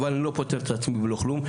אבל אני לא פוטר את עצמי בלא כלום,